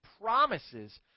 promises